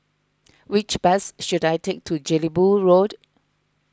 which bus should I take to Jelebu Road